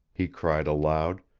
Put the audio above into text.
he cried aloud.